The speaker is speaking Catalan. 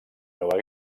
nova